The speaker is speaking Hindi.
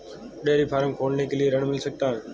डेयरी फार्म खोलने के लिए ऋण मिल सकता है?